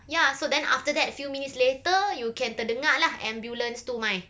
ya so then after that few minutes later you can terdengar lah ambulance tu